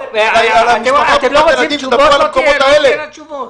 על משפחה מרובת ילדים, שידברו על המקומות האלה.